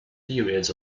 periods